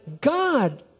God